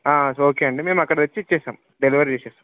okay అండి మేం అక్కడ తెచ్చి ఇచ్చేస్తాం డెలివరీ చేసేస్తాం